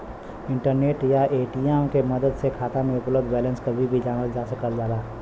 internet या ATM के मदद से खाता में उपलब्ध बैलेंस कभी भी जानल जा सकल जाला